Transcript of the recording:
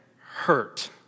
hurt